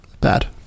bad